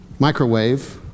Microwave